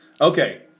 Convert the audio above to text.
Okay